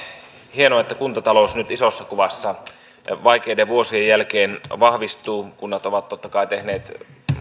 hienoa että kuntata lous nyt isossa kuvassa vaikeiden vuosien jälkeen vahvistuu kunnat ovat totta kai tehneet